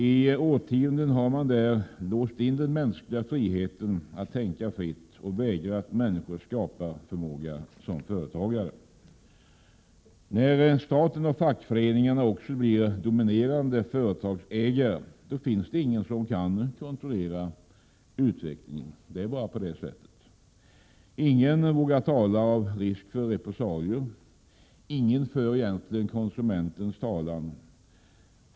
I årtionden har man där låst in den mänskliga friheten att tänka fritt och vägrat utnyttja människors skaparförmåga som företagare. När staten och fackföreningarna också blir dominerande företagsägare finns det ingen som kan kontrollera utvecklingen. Ingen vågar tala av risk för repressalier. Ingen för egentligen konsumenternas talan.